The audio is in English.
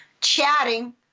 chatting